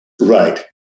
right